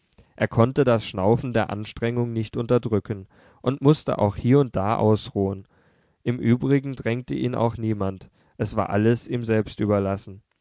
er konnte das schnaufen der anstrengung nicht unterdrücken und mußte auch hie und da ausruhen im übrigen drängte ihn auch niemand es war alles ihm selbst überlassen